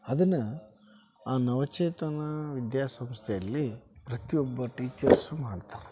ಅದನ್ನು ಆ ನವಚೇತನ ವಿದ್ಯಾ ಸಂಸ್ಥೆಯಲ್ಲಿ ಪ್ರತಿಯೊಬ್ಬ ಟೀಚರ್ಸೂ ಮಾಡ್ತಾರೆ